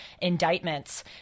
indictments